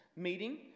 meeting